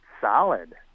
solid